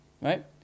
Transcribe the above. right